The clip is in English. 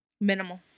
Minimal